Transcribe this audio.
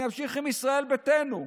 אני אמשיך עם ישראל ביתנו,